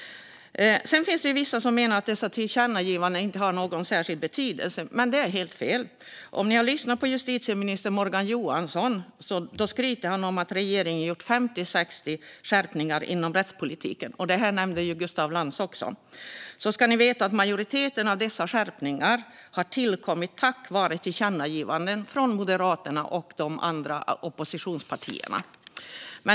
Det finns vissa som menar att dessa tillkännagivanden inte har någon särskild betydelse, men det är helt fel. Om ni hör justitieminister Morgan Johansson skryta om att regeringen har gjort 50-60 skärpningar inom rättspolitiken, vilket även Gustaf Lantz nämnde, ska ni veta att majoriteten av dessa skärpningar har tillkommit tack vare tillkännagivanden från Moderaterna och de andra oppositionspartierna.